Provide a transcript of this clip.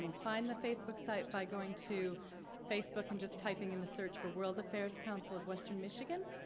find the facebook site by going to facebook and just typing in the search for world affairs council of western michigan,